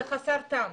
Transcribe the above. זה חסר טעם.